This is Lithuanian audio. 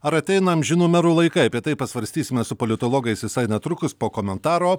ar ateina amžinų merų laikai apie tai pasvarstysime su politologais visai netrukus po komentaro